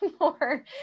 more